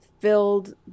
Filled